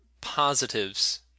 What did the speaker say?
positives